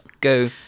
go